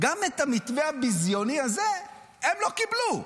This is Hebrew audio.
גם את המתווה הביזיוני הזה הם לא קיבלו.